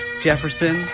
Jefferson